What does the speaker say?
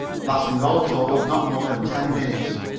lasting all told not more than ten minutes.